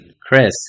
Chris